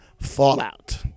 Fallout